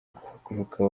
guhaguruka